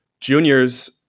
juniors